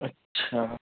अच्छा